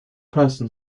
person